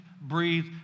breathe